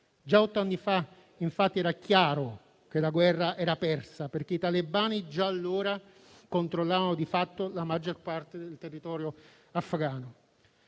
Già otto anni fa, infatti, era chiaro che la guerra era persa, perché i talebani già allora controllavano di fatto la maggior parte del territorio afghano.